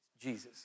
Jesus